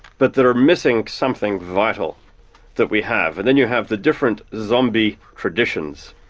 but they're missing something vital that we have and then you have the different zombie traditions,